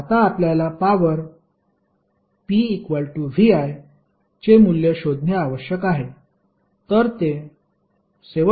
आता आपल्याला power pvi चे मूल्य शोधणे आवश्यक आहे